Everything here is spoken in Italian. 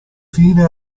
fine